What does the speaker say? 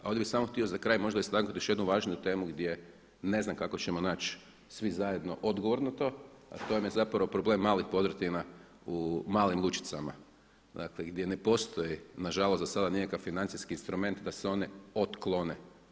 A ovdje bih samo htio za kraj možda istaknuti još jednu važniju temu gdje ne znam kako ćemo naći svi zajedno odgovor na to a to vam je zapravo problem malih podrtina u malim lučicama dakle gdje ne postoji nažalost do sada nikakav financijski instrument da se one otklone.